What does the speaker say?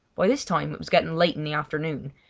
by this time it was getting late in the afternoon,